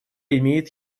имеет